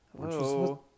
Hello